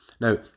Now